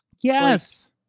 Yes